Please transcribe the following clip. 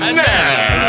now